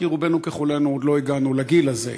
כי רובנו ככולנו עוד לא הגענו לגיל הזה.